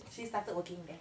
she started working there